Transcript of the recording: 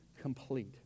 complete